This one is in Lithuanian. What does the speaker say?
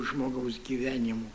žmogaus gyvenimu